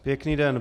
Pěkný den.